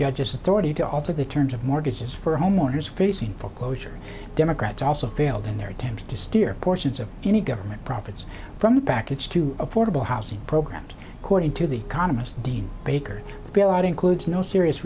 judges authority to alter the terms of mortgages for homeowners facing foreclosure democrats also failed in their attempts to steer portions of any government profits from the package to affordable housing programs according to the economist dean baker the bailout includes no serious